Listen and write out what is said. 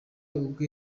ubwe